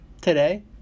today